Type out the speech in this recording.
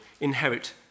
inherit